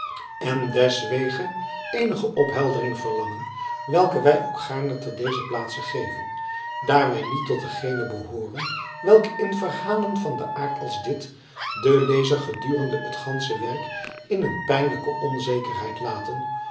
en deswege eenige opheldering verlangen welke wij ook gaarne te dezer plaatse geven daar wij niet tot diegenen behooren welke in verhalen van een aard als dit den lezer gedurende het gansche werk in een pijnlijke onzekerheid laten